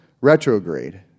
retrograde